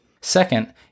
Second